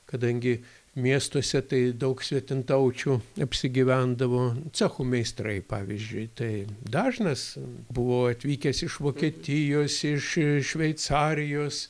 kadangi miestuose tai daug svetimtaučių apsigyvendavo cechų meistrai pavyzdžiui tai dažnas buvo atvykęs iš vokietijos iš iš šveicarijos